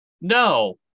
No